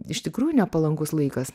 iš tikrųjų nepalankus laikas